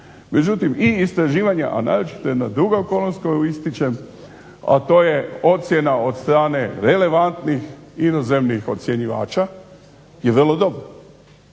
Međutim i istraživanja, a naročito jedna druga okolnost koju ističem, a to je ocjena od strane relevantnih inozemnih ocjenjivača je vrlo dobra.